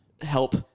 Help